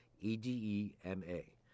E-D-E-M-A